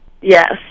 Yes